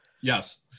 Yes